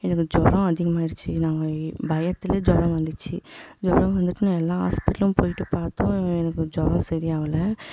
எனக்கு ஜுரம் அதிகமாகிடுச்சி நாங்கள் ஏ பயத்துலேயே ஜுரம் வந்துடுச்சி ஜுரம் வந்துட்டுன்னு எல்லா ஹாஸ்பிட்டலும் போய்ட்டு பார்த்தோம் எனக்கு ஜுரம் சரியாகல